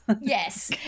yes